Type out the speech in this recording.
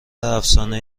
افسانه